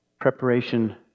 preparation